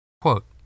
Quote